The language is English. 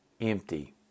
empty